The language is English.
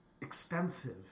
expensive